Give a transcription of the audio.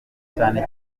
cyane